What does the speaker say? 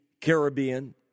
Caribbean